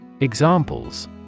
Examples